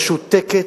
משותקת,